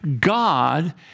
God